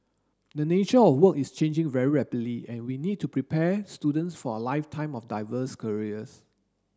the nature of work is changing very rapidly and we need to prepare students for a lifetime of diverse careers